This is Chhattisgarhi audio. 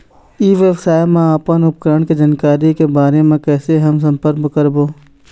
ई व्यवसाय मा अपन उपकरण के जानकारी के बारे मा कैसे हम संपर्क करवो?